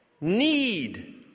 need